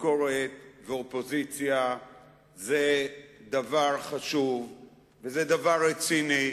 ביקורת ואופוזיציה זה דבר חשוב ודבר רציני,